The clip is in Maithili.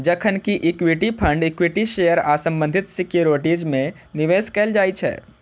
जखन कि इक्विटी फंड इक्विटी शेयर आ संबंधित सिक्योरिटीज मे निवेश कैल जाइ छै